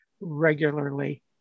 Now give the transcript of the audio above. regularly